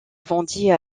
vendit